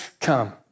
come